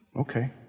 okay